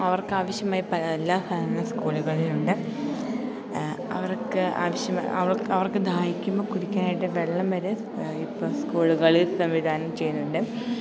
അവർക്കാവശ്യമായ പല എല്ലാ സാധനങ്ങളും സ്കൂളുകളിലുണ്ട് അവർക്ക് ആവശ്യമായ അവർക്ക് ദാഹിക്കുമ്പോള് കുടിക്കാനായിട്ട് വെള്ളം വരെ ഇപ്പോള് സ്കൂളുകളില് സംവിധാനം ചെയ്യുന്നുണ്ട്